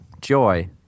joy